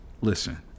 Listen